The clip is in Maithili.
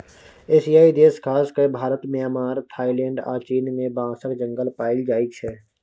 एशियाई देश खास कए भारत, म्यांमार, थाइलैंड आ चीन मे बाँसक जंगल पाएल जाइ छै